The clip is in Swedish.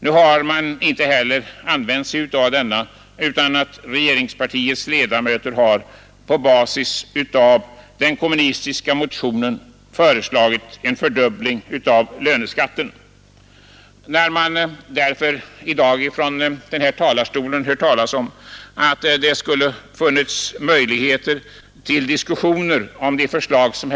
Regeringspartiets ledamöter har nu i stället på basis av den kommunistiska motionen föreslagit en fördubbling av löneskatten. Vi har i dag från denna talarstol fått höra att det skulle ha funnits möjligheter till diskussioner om förslagen.